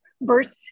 birth